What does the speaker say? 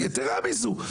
יתרה מזאת,